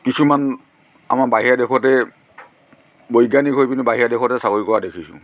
কিছুমান আমাৰ বাহিৰা দেশতে বৈজ্ঞানিক হৈ পেনি বাহিৰৰ দেশতে চাকৰি কৰা দেখিছোঁ